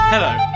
Hello